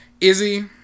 Izzy